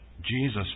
Jesus